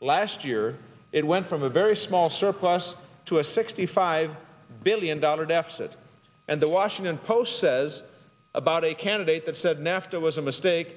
last year it went from a very small surplus to a sixty five billion dollar deficit and the washington post says about a candidate that said nafta was a mistake